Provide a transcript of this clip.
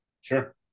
Sure